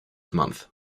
month